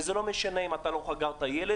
וזה לא משנה אם לא חגרת ילד,